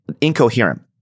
incoherent